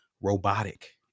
robotic